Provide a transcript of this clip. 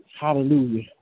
Hallelujah